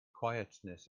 quietness